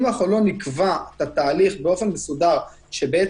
אם לא נקבע את התהליך באופן מסודר שיש